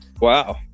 Wow